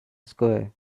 square